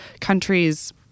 countries